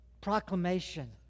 proclamation